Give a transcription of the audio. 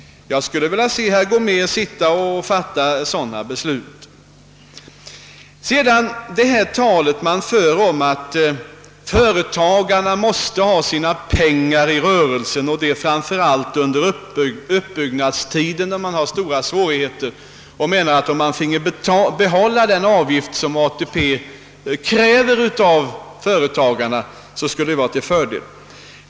Jag skulle vilja se herr Gomér sitta och fatta sådana beslut. Vidare talar man här om att företagarna måste ha sina pengar i rörelsen, vilket gäller framför allt under uppbyggnadstiden, då man har stora svårigheter, och man tillägger, att om företagarna fick behålla den avgift som på grund av ATP kräves av dem, så skulle det vara en fördel.